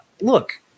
look